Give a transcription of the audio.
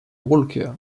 walker